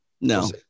no